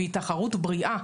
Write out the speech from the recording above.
והיא תחרות בריאה,